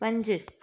पंज